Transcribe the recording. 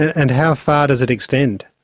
and how far does it extend?